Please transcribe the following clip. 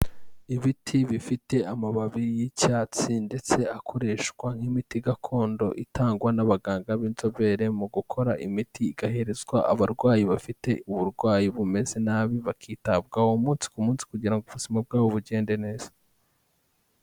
Ibiti bifite amababi y'icyatsi ndetse akoreshwa nk'imiti gakondo itangwa n'abaganga b'inzobere mu gukora imiti igaherezwa abarwayi bafite uburwayi bumeze nabi bakitabwaho umunsi ku munsi kugira ngo ubuzima bwabo bugende neza.